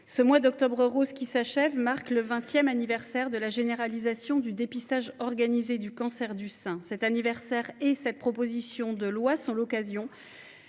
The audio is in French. ce mois d’Octobre rose qui s’achève marque le vingtième anniversaire de la généralisation du dépistage organisé du cancer du sein. Cet anniversaire et cette proposition de loi sont l’occasion